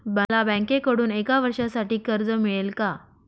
मला बँकेकडून एका वर्षासाठी कर्ज मिळेल का?